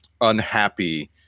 unhappy